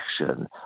action